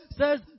says